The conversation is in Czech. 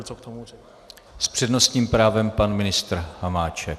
S přednostním právem pan ministr Hamáček.